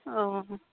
অঁ